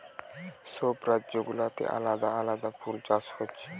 সব রাজ্য গুলাতে আলাদা আলাদা ফুল চাষ হচ্ছে